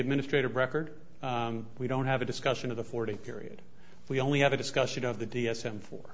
administrative record we don't have a discussion of the forty period we only have a discussion of the d s m fo